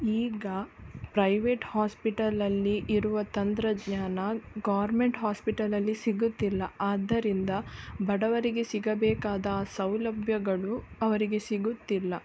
ಈಗ ಪ್ರೈವೇಟ್ ಹಾಸ್ಪಿಟಲ್ಲಲ್ಲಿ ಇರುವ ತಂತ್ರಜ್ಞಾನ ಗೌರ್ಮೆಂಟ್ ಹಾಸ್ಪಿಟಲಲ್ಲಿ ಸಿಗುತ್ತಿಲ್ಲ ಆದ್ದರಿಂದ ಬಡವರಿಗೆ ಸಿಗಬೇಕಾದ ಆ ಸೌಲಭ್ಯಗಳು ಅವರಿಗೆ ಸಿಗುತ್ತಿಲ್ಲ